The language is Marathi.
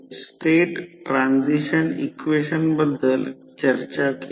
तर N1 300 मिळाले म्हणून N2 300 5 येथून ते N2 60 देखील मिळवू शकतो